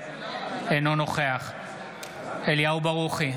אינו נוכח אליהו ברוכי,